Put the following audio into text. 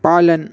पालन